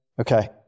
Okay